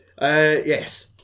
Yes